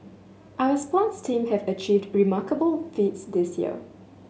our sports teams have achieved remarkable feats this year